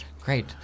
Great